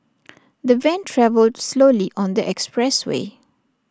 the van travelled slowly on the expressway